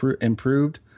improved